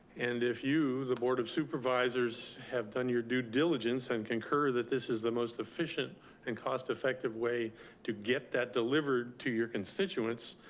and if you, the board of supervisors, have done your due diligence and concur that this is the most efficient and cost-effective way to get that delivered to your constituents,